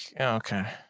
okay